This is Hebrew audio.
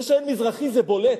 זה שאין מזרחי זה בולט,